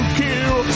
kill